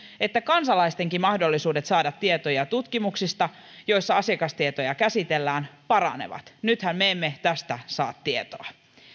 että kansalaistenkin mahdollisuudet saada tietoja tutkimuksista joissa asiakastietoja käsitellään paranevat nythän me emme tästä saa tietoa